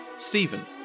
Stephen